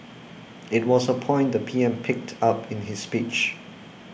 it was a point the P M picked up in his speech